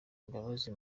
imbabazi